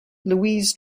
louise